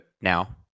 now